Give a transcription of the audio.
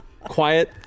quiet